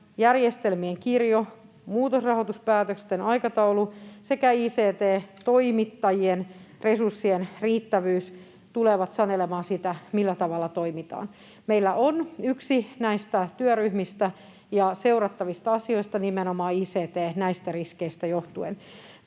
järjestelmien kirjo, muutosrahoituspäätösten aikataulu sekä ict-toimittajien resurssien riittävyys tulevat sanelemaan sitä, millä tavalla toimitaan. Meillä on yksi näistä työryhmistä ja seurattavista asioista nimenomaan ict näistä riskeistä johtuen.